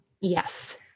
yes